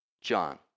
John